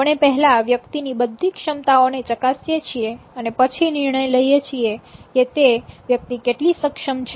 આપણે પહેલા વ્યક્તિ ની બધી ક્ષમતાઓને ચકાસીએ છીએ અને પછી નિર્ણય લઈએ છીએ કે તે વ્યક્તિ કેટલી સક્ષમ છે